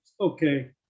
Okay